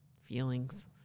feelings